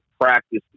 practice